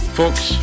folks